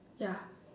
ya